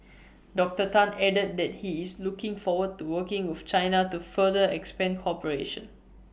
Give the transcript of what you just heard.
Doctor Tan added that he is looking forward to working with China to further expand cooperation